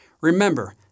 Remember